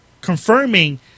Confirming